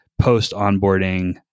post-onboarding